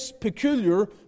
peculiar